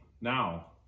now